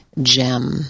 Gem